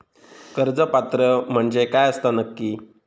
कर्ज पात्र म्हणजे काय असता नक्की?